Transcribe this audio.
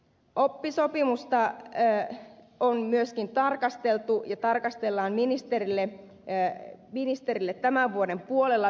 oppisopimusta on myöskin tarkasteltu ja tarkastellaan ministerille vielä tämän vuoden puolella